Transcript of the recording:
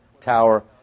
tower